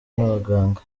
n’abaganga